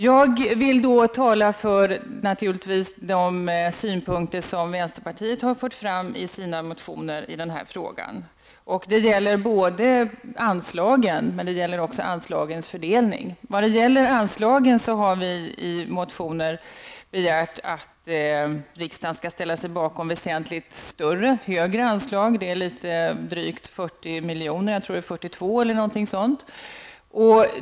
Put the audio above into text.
Jag vill naturligtvis tala för de synpunkter som vänsterpartiet har framfört i sina motioner i den här frågan. De gäller både anslagen och anslagens fördelning. När det gäller anslagen har vi i motioner begärt att riksdagen skall ställa sig bakom väsentligt högre anslag -- det är fråga om en höjning med litet drygt 40 miljoner, jag tror att det är 42.